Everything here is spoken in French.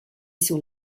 sur